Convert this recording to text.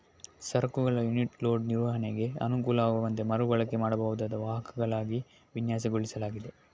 ಸರಕುಗಳ unit load ನಿರ್ವಹಣೆಗೆ ಅನುಕೂಲವಾಗುವಂತೆ ಮರು ಬಳಕೆ ಮಾಡಬಹುದಾದ ವಾಹಕಗಳಾಗಿ ವಿನ್ಯಾಸಗೊಳಿಸಲಾಗಿದೆ